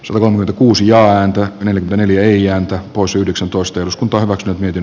suomi kuusi ääntä eli neljään pois yhdeksäntoista tuntuivat jotenkin